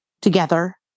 together